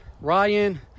Ryan